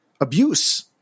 abuse